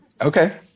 Okay